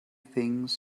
things